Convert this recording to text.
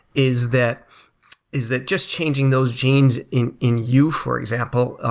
is that is that just changing those genes in in you, for example,